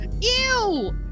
Ew